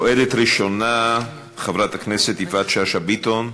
שואלת ראשונה, חברת הכנסת יפעת שאשא ביטון,